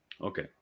Okay